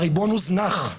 הריבון הוזנח.